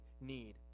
need